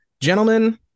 Gentlemen